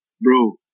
bro